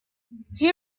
day